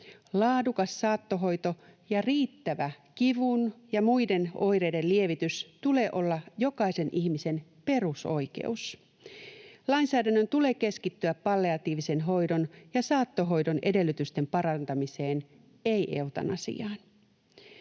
Laadukkaan saattohoidon ja riittävän kivun ja muiden oireiden lievityksen tulee olla jokaisen ihmisen perusoikeus. Lainsäädännön tulee keskittyä palliatiivisen hoidon ja saattohoidon edellytysten parantamiseen, ei eutanasiaan.